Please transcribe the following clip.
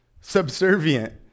subservient